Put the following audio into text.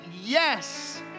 Yes